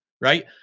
right